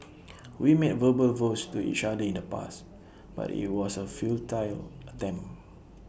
we made verbal vows to each other in the past but IT was A futile attempt